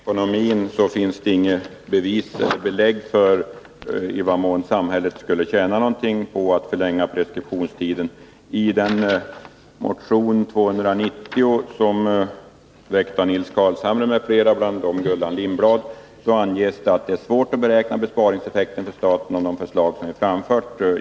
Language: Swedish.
Herr talman! När det gäller ekonomin finns det inget belägg för att samhället skulle tjäna någonting på att förlänga preskriptionstiden. I den motion, nr 2090, som är väckt av Nils Carlshamre m.fl. — och som även Gullan Lindblad undertecknat — står följande: ”Det är svårt att beräkna besparingseffekten för staten av de förslag vi ovan framfört.